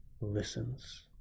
listens